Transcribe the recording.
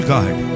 God